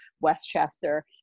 westchester